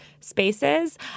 spaces